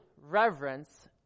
reverence